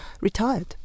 retired